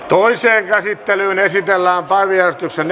toiseen käsittelyyn esitellään päiväjärjestyksen